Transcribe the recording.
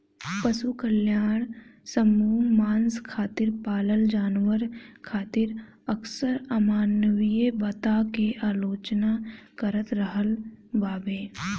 पशु कल्याण समूह मांस खातिर पालल जानवर खातिर अक्सर अमानवीय बता के आलोचना करत रहल बावे